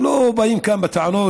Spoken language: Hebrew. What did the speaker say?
אנחנו לא באים כאן בטענות